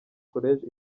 college